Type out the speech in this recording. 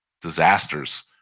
disasters